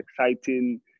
exciting